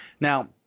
Now